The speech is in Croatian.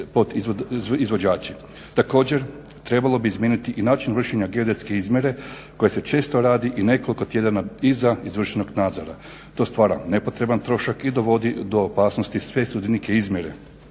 Također trebalo bi izmijeniti i način vršenja geodetske izmjere koje se često radi i nekoliko tjedana iza izvršenog nadzora. To stvara nepotreban trošak i dovodi do opasnosti sve sudionike izmjere,